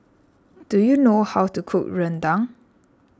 do you know how to cook Rendang